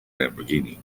lamborghini